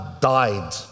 died